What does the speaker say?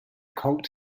cult